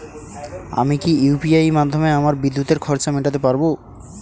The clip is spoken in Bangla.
আমি কি ইউ.পি.আই মাধ্যমে আমার বিদ্যুতের খরচা মেটাতে পারব?